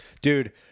Dude